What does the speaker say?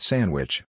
Sandwich